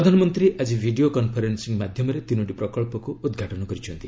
ପ୍ରଧାନମନ୍ତ୍ରୀ ଆକି video conferencing ମାଧ୍ୟମରେ ତିନୋଟି ପ୍ରକଳ୍ପକୁ ଉଦ୍ଘାଟନ କରିଛନ୍ତି